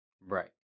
right